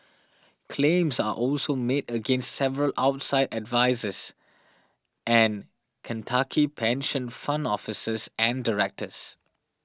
claims are also made against several outside advisers and Kentucky pension fund officers and directors